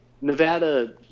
Nevada